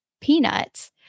peanuts